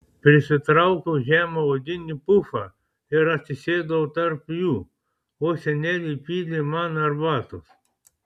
prisitraukiau žemą odinį pufą ir atsisėdau tarp jų o senelė įpylė man arbatos